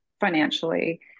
financially